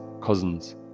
cousins